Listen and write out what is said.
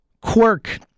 quirk